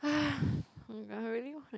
ah I'm really wanna